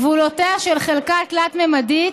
גבולותיה של חלקה תלת-ממדית